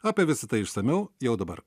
apie visa tai išsamiau jau dabar